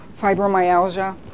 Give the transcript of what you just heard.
fibromyalgia